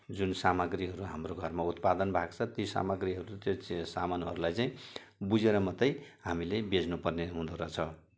जुन सामग्रीहरू हाम्रो घरमा उत्पादन भएको छ ती सामग्रीहरू चाहिँ सामानहरूलाई चाहिँ बुझेर मात्रै हामीले बेच्नुपर्ने हुँदोरहेछ